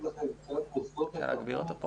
כי בכל רגע כאילו מאיימים לסגור את העסק מההתחלה,